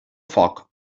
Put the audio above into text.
foc